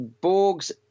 Borg's